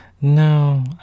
No